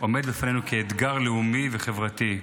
עומד לפנינו כאתגר לאומי וחברתי.